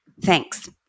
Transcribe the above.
thanks